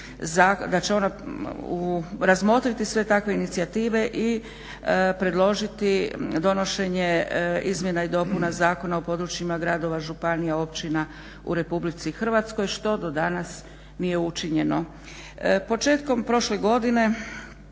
da će ona razmotriti sve takve inicijative i predložiti donošenje izmjena i dopuna Zakona o područjima, gradova, županija, općina u RH što do danas nije učinjeno. Početkom prošle godine